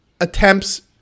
attempts